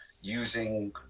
using